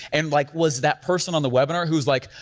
and like was that person on the webinar, who's like,